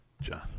John